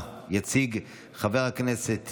לוועדת הכלכלה נתקבלה.